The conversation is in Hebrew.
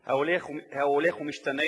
ההולך ומשתנה,